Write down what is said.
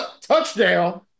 Touchdown